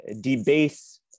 debase